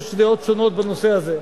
יש דעות שונות בנושא הזה.